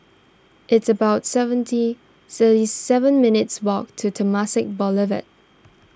it's about seventy thirty seven minutes' walk to Temasek Boulevard